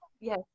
yes